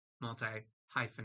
multi-hyphenate